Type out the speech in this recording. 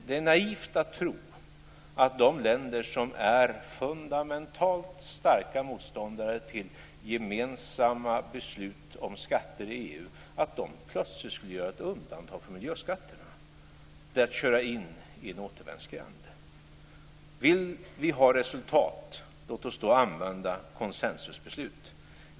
Det är naivt att tro att de länder som är fundamentalt starka motståndare till gemensamma beslut om skatter i EU plötsligt skulle göra ett undantag för miljöskatterna. Det är att köra in i en återvändsgränd. Om vi vill ha resultat, låt oss då använda konsensusbeslut.